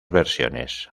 versiones